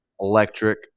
electric